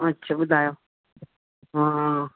अच्छा ॿुधायो हा